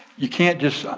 you can't just,